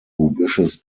wishes